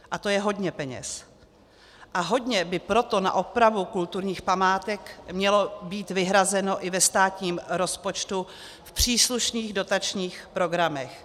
A to je hodně peněz, a hodně by proto na opravu kulturních památek mělo být vyhrazeno i ve státním rozpočtu v příslušných dotačních programech.